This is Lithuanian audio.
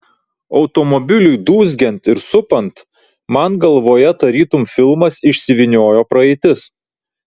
automobiliui dūzgiant ir supant man galvoje tarytum filmas išsivyniojo praeitis